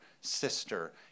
Sister